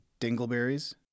dingleberries